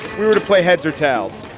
were to play heads or tails.